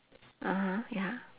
mmhmm ya